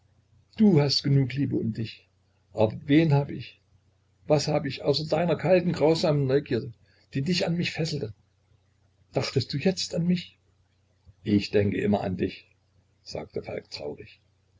du hast genug liebe um dich aber wen hab ich was hab ich außer deiner kalten grausamen neugierde die dich an mich fesselte dachtest du jetzt an mich ich denke immer an dich sagte falk sehr traurig